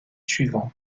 suivant